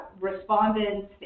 respondents